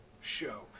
show